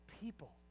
people